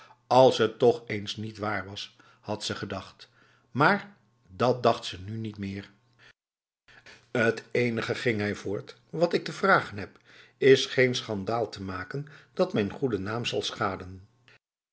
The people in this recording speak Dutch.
als het toch eens niet waar was had ze gedacht maar dat dacht ze nu niet meer het enige ging hij voort wat ik te vragen heb is geen schandaal te maken dat mijn goede naam kan schaden